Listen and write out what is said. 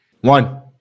one